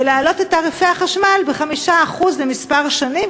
ולהעלות את תעריפי החשמל ב-5% לכמה שנים,